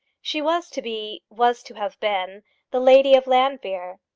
she was to be was to have been the lady of llanfeare.